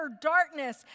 darkness